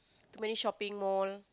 too many shopping mall